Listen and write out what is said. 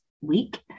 week